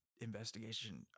investigation